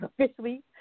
officially –